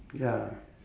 ya